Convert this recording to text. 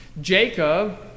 Jacob